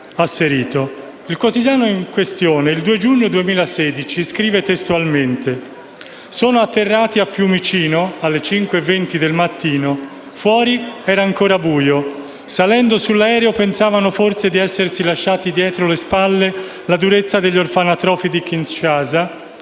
Il quotidiano in questione, il 2 Giugno 2016 scrive testualmente: «Sono atterrati a Fiumicino alle 5,20 del mattino. Fuori era ancora buio. Salendo sull'aereo pensavano forse di essersi lasciati dietro le spalle la durezza degli orfanotrofi di Kinshasa